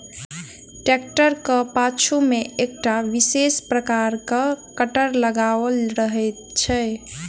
ट्रेक्टरक पाछू मे एकटा विशेष प्रकारक कटर लगाओल रहैत छै